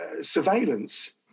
surveillance